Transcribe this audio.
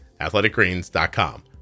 AthleticGreens.com